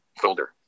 Folder